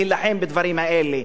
להילחם בדברים האלה.